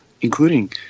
including